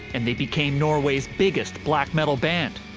and they became norway's biggest black metal band.